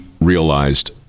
realized